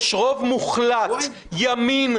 יש רוב מוחלט ימין,